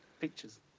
pictures